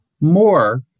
more